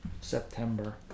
september